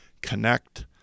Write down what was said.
connect